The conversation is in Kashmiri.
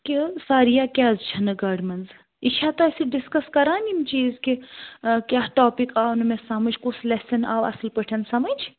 کہِ ساریا کیٛازِ چھَنہٕ گاڑِ مَنٛز یہِ چھا تۄہہِ سۭتۍ ڈِسکَس کران یِم چیٖز کہِ کیٛاہ ٹاپِک آو نہٕ مےٚ سمجھ کُس لیٚسَن آو اَصٕل پٲٹھۍ سمجھ